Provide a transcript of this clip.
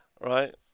right